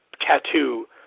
tattoo